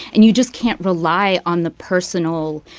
and you just can't rely on the personal,